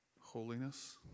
holiness